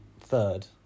third